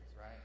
right